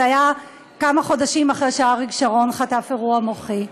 זה היה כמה חודשים אחרי שאריק שרון חטף אירוע מוחי.